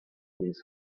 these